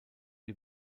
die